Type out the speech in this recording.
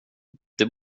det